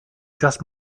just